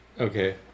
Okay